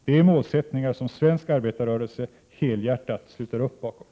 Det är målsättningar som svensk arbetarrörelse helhjärtat sluter upp bakom.